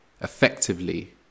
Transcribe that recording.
effectively